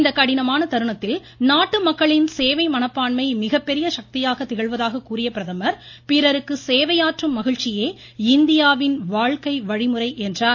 இந்தக் கடினமான தருணத்தில் நாட்டு மக்களின் சேவை மனப்பான்மை மிகப்பெரிய சக்தியாக திகழ்வதாக கூறிய பிரதமர் பிறருக்கு சேவையாற்றும் மகிழ்ச்சியே இந்தியாவின் வாழ்க்கை வழிமுறை என்றார்